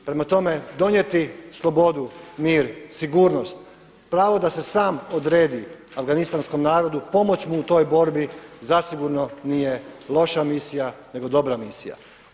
Prema tome, donijeti slobodu, mir, sigurnost, pravo da se sam odredi afganistanskom narodu, pomoći mu u toj borbi zasigurno nije loša misija, nego dobra misija.